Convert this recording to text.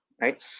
right